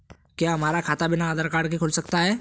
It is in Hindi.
क्या हमारा खाता बिना आधार कार्ड के खुल सकता है?